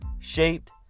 shaped